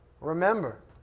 Remember